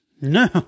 No